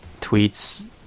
tweets